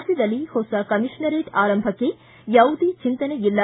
ರಾಜ್ಯದಲ್ಲಿ ಹೊಸ ಕಮಿಷನರೇಟ್ ಆರಂಭಕ್ಕೆ ಯಾವುದೇ ಚಿಂತನೆ ಇಲ್ಲ